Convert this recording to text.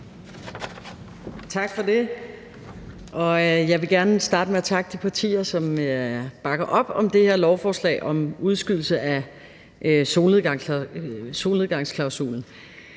Tak for det. Jeg vil gerne starte med at takke de partier, som bakker op om det her lovforslag om en udskydelse af solnedgangsklausulen.